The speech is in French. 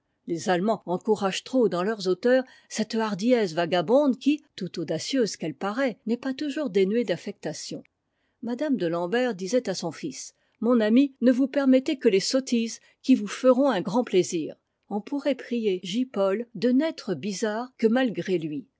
les allemands encouragent trop dans leurs auteurs cette hardiesse vagabonde qui tout audacieuse qu'elle paraît n'est pas toujours dénuée d'affectation madame de lambert disait à son fils mon ami ne vous permettez que les sottises qui vous feront un grand plaisir on pourrait prier j paul de n'être bizarre que malgré lui